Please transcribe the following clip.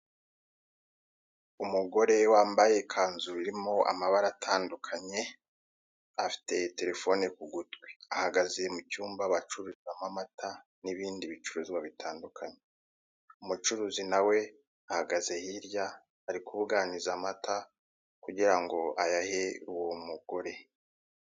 Umugore wambaye ikanzu irimo amabara atandukanye, afite telefone ku gutwi ahagaze mu cyumba bacururizamo amata n'ibindi bicuruzwa bitandukanye, umucuruzi nawe ahagaze hirya ari kubuganiza amata kugirango ayahe uwo umugore.